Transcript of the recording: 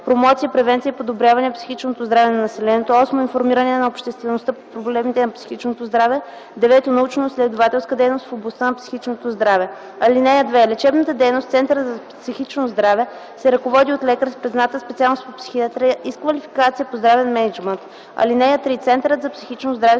промоция, превенция и подобряване психичното здраве на населението; 8. информиране на обществеността по проблемите на психичното здраве; 9. научноизследователска дейност в областта на психичното здраве. (2) Лечебната дейност в центъра за психично здраве се ръководи от лекар с призната специалност по психиатрия и с квалификация по здравен мениджмънт. (3) Центърът за психично здраве